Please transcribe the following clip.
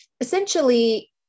Essentially